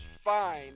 fine